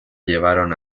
llevaron